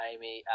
Amy